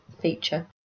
feature